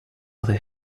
other